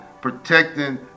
protecting